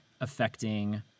affecting